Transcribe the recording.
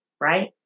Right